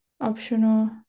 optional